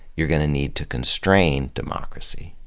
you're going to need to constrain democracy.